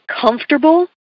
comfortable